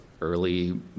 early